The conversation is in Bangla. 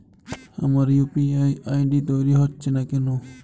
আমার ইউ.পি.আই আই.ডি তৈরি হচ্ছে না কেনো?